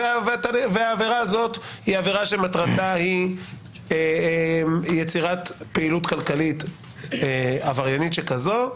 והעבירה הזאת היא עבירה שמטרתה היא יצירת פעילות כלכלית עבריינית שכזו,